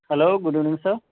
hello good evening sir